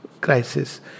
crisis